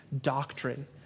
doctrine